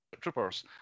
troopers